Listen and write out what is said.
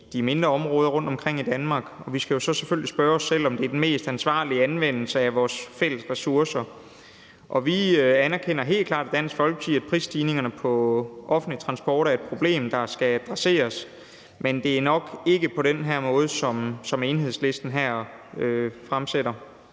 de mindre områder rundtomkring i Danmark. Vi skal jo så selvfølgelig spørge os selv, om det er den mest ansvarlige anvendelse af vores fælles ressourcer. Vi anerkender helt klart i Dansk Folkeparti, at prisstigningerne på offentlig transport er et problem, der skal adresseres, men det er nok ikke på den her måde, som Enhedslisten her